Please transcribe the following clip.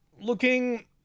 looking